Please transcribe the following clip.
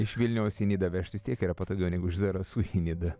iš vilniaus į nidą vežti vis tiek yra patogiau negu iš zarasų į nidą